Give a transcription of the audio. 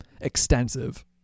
extensive